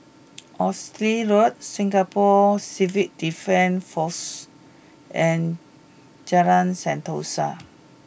Oxley Road Singapore Civil Defence Force and Jalan Sentosa